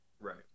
right